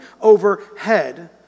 overhead